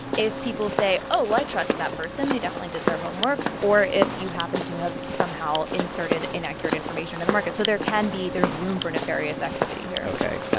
if people say, oh, i trust that person they definitely did their homework, or if you happened to have somehow inserted inaccurate information into the market. so there can be there's room for nefarious activity here ok.